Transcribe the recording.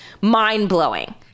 mind-blowing